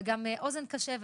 והיית גם אוזן קשבת.